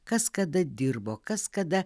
kas kada dirbo kas kada